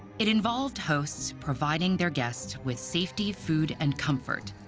it involved hosts providing their guests with safety, food, and comfort,